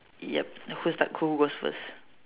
yup who start who goes first